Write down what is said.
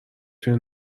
توی